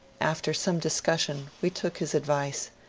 after some discussion we took his advice,